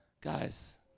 Guys